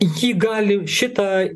ji gali šitą